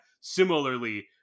Similarly